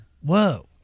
whoa